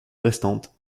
restante